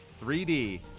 3D